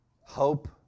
hope